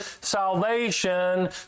salvation